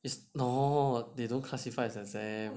it's not they don't classifies exams